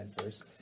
first